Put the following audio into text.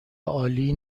عالی